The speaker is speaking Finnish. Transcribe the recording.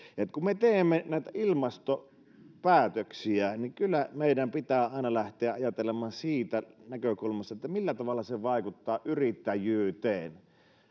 että kun me teemme näitä ilmastopäätöksiä niin kyllä meidän pitää aina lähteä ajattelemaan siitä näkökulmasta millä tavalla se vaikuttaa yrittäjyyteen